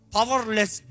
Powerless